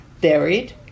buried